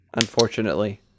Unfortunately